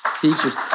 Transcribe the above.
teachers